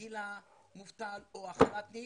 לגיל המובטל, או החלת"ניק,